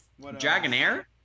Dragonair